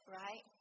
right